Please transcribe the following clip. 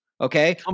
Okay